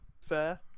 Fair